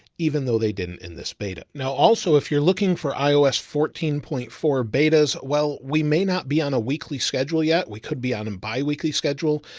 even though they didn't in this beta. now also, if you're looking for ios fourteen point four betas, well, we may not be on a weekly schedule yet. we could be on a bi-weekly schedule,